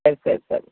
ಸರಿ ಸರಿ ಸರಿ